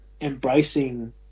embracing